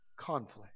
conflict